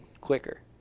quicker